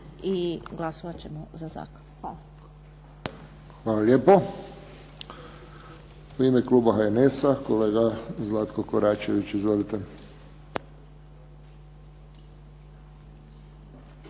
i glasovat ćemo za zakon. Hvala. **Friščić, Josip (HSS)** Hvala lijepo. U ime kluba HNS-a, kolega Zlatko Koračević. Izvolite.